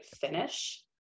finish